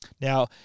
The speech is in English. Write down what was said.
Now